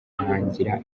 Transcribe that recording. kwihangira